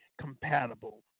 compatible